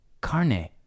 carne